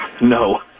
No